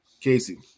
Casey